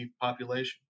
population